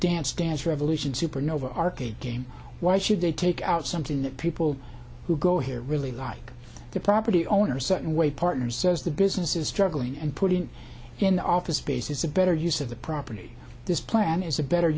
dance dance revolution supernova arcade game why should they take out something that people who go here really like the property owner certain way partners says the business is struggling and putting in the office space is a better use of the property this plan is a better